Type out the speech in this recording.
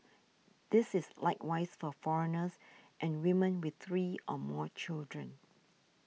this is likewise for foreigners and women with three or more children